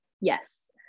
Yes